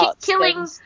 killing